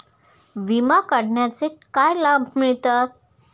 विमा काढण्याचे काय लाभ मिळतात?